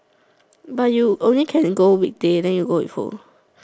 but you only can go weekday then you go with who